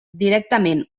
directament